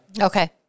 Okay